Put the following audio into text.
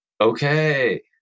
Okay